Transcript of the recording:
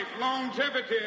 longevity